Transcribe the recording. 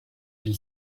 elle